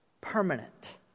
permanent